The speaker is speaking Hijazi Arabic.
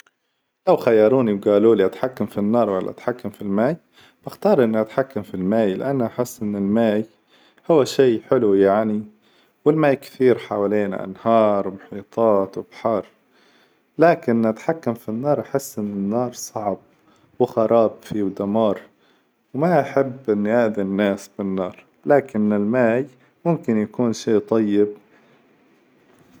لو خيروني وقالوني أتحكم في النار ولا أتحكم في الماي؟ باختار إني أتحكم في الماي لإن أحس إن الماي هو شي حلو يعني، والماي كثير حولنا أنهار ومحيطات وبحار، لكن أتحكم في النار أحس إن النار صعب، وخراب فيه ودمار وما أحب إني أأذي الناس بالنار لكن الماي ممكن يكون شي طيب.